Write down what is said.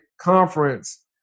Conference